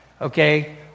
okay